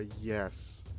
yes